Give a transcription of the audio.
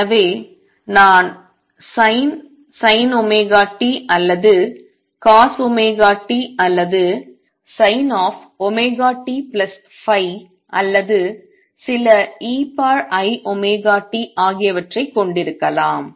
எனவே நான் sin ωt அல்லது cosωt அல்லது sin⁡ωtϕ அல்லது சில eiωt ஆகியவற்றைக் கொண்டிருக்கலாம்